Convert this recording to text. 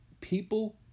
people